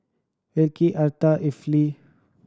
Vickey Arta Effie